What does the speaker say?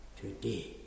Today